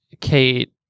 Kate